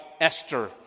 Esther